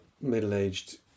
middle-aged